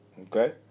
Okay